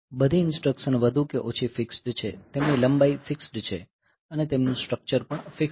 બધી ઇન્સટ્રકશન વધુ કે ઓછી ફિક્સ્ડ છે તેમની લંબાઈ ફિક્સ્ડ છે અને તેમનું સ્ટ્રક્ચર પણ ફિક્સ્ડ છે